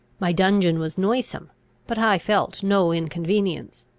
my dungeon was noisome but i felt no inconvenience.